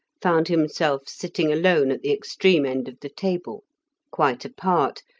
found himself sitting alone at the extreme end of the table quite apart,